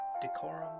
Decorum